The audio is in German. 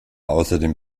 außerdem